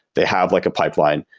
they have like a pipeline.